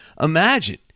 Imagine